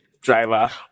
driver